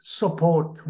support